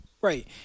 Right